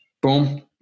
Boom